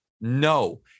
No